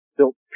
built